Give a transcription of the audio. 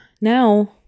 now